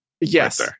Yes